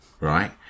right